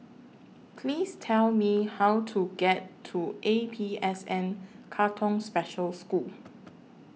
Please Tell Me How to get to A P S N Katong Special School